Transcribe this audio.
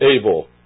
able